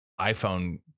iphone